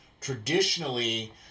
traditionally